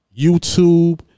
YouTube